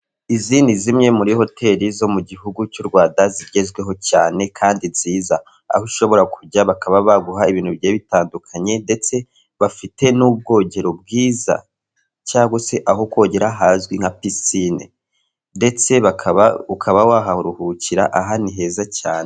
Izi ni zimwe muri hoteli zo mu gihugu cy'u Rwanda zigezweho cyane kandi nziza ahoshobora kujya bakaba baguha ibintu bitandukanye ndetse bafite n'ubwogero bwiza cyangwa se aho kogera hazwi nka piscine ndetse bakaba ukaba waharuhukira aha ni heza cyane.